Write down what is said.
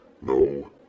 No